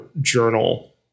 journal